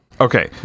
Okay